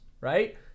right